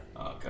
okay